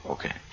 Okay